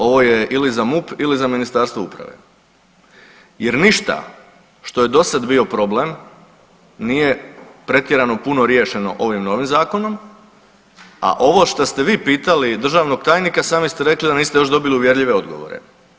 Ovo je ili za MUP ili za Ministarstvo uprave jer ništa što je dosad bio problem nije pretjerano puno riješeno ovim novim zakonom, a ovo šta ste vi pitali državnog tajnika sami ste rekli da niste još dobili uvjerljive odgovore.